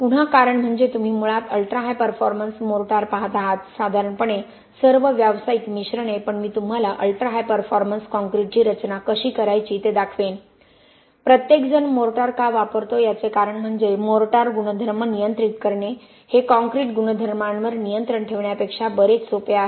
पुन्हा कारण म्हणजे तुम्ही मुळात अल्ट्रा हाय परफॉर्मन्स मोर्टार पाहत आहात साधारणपणे सर्व व्यावसायिक मिश्रणे पण मी तुम्हाला अल्ट्रा हाय परफॉर्मन्स कॉंक्रिटची रचना कशी करायची ते दाखवेन प्रत्येकजण मोर्टार का वापरतो याचे कारण म्हणजे मोर्टार गुणधर्म नियंत्रित करणे हे काँक्रीट गुणधर्मांवर नियंत्रण ठेवण्यापेक्षा बरेच सोपे आहे